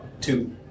Two